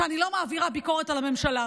שאני לא מעבירה ביקורת על הממשלה.